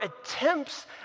attempts